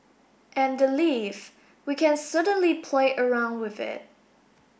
and the leave we can certainly play around with it